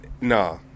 Nah